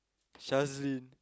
Shazleen